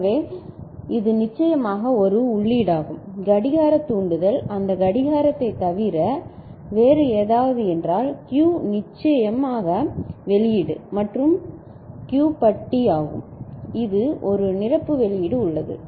எனவே இது நிச்சயமாக ஒரு உள்ளீடாகும் கடிகாரத் தூண்டுதல் அந்த கடிகாரத்தைத் தவிர வேறு என்னவென்றால் Q என்பது நிச்சயமாக வெளியீடு மற்றும் Q பட்டியாகும் ஒரு நிரப்பு வெளியீடு உள்ளது